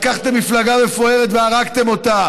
לקחתם מפלגה מפוארת והרגתם אותה.